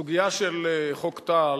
הסוגיה של חוק טל